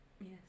Yes